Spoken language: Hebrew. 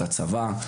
הצבא.